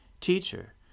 Teacher